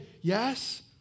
yes